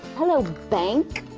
hello bank,